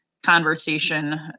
conversation